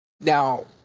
Now